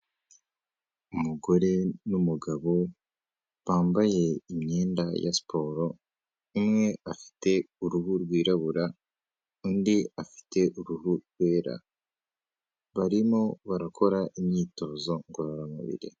Umugore n'umugabo bambaye imyenda ya siporo, umwe afite uruhu rwirabura, undi afite uruhu rwera, barimo barakora imyitozo ngororamubiri.